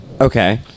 Okay